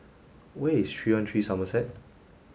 where is three hundred Somerset